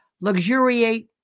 luxuriate